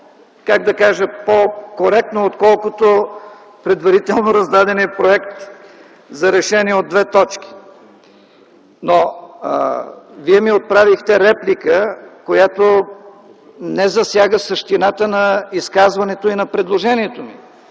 доста по-коректно отколкото предварително раздаденият проект за решение от две точки. Но Вие ми отправихте реплика, която не засяга същината на изказването и на предложението ми.